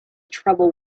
trouble